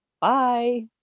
bye